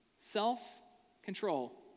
Self-control